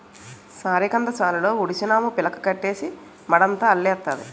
సారికంద సాలులో ఉడిసినాము పిలకలెట్టీసి మడంతా అల్లెత్తాది